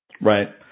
Right